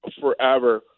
forever